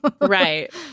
Right